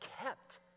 kept